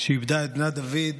שאיבדה את בנה דוד,